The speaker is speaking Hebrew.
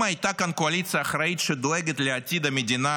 אם הייתה כאן קואליציה אחראית שדואגת לעתיד המדינה